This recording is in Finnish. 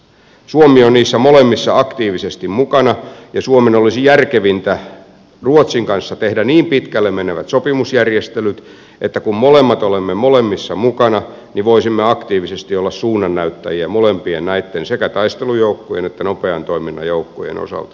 suomi on niissä molemmissa aktiivisesti mukana ja suomen olisi järkevintä ruotsin kanssa tehdä niin pitkälle menevät sopimusjärjestelyt että kun molemmat olemme molemmissa mukana niin voisimme aktiivisesti olla suunnannäyttäjiä molempien näitten sekä taistelujoukkojen että nopean toiminnan joukkojen osalta